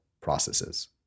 processes